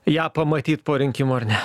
ją pamatyt po rinkimų ar ne